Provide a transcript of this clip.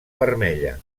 vermella